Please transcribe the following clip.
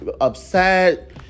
upset